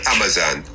Amazon